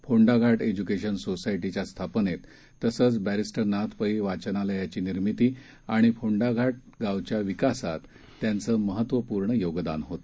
Phondaghat education सोसायटीच्या स्थापनेत तसंच बक् नाथ पै वाचनालयाची निर्मिती आणि फोंडाघाट गांवच्या विकासात त्यांचं महत्वपूर्ण योगदान होत